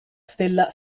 stella